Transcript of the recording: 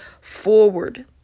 forward